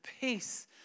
peace